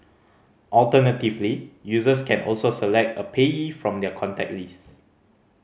alternatively users can also select a payee from their contact list